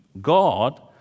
God